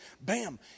bam